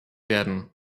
werden